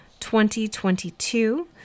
2022